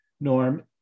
Norm